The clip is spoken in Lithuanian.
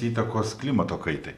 įtakos klimato kaitai